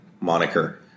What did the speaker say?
moniker